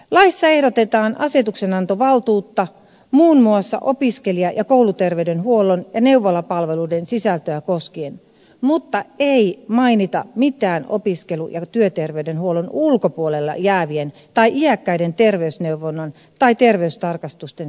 laissa ehdotetaan asetuksenantovaltuutta muun muassa opiskelija ja kouluterveydenhuollon ja neuvolapalveluiden sisältöä koskien mutta ei mainita mitään opiskelu ja työterveydenhuollon ulkopuolelle jäävien tai iäkkäiden terveysneuvonnan tai terveystarkastusten sisällöistä